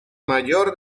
mayor